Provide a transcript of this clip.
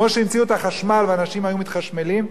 וכמו שהמציאו את החשמל ואנשים היו מתחשמלים,